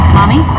Mommy